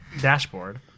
dashboard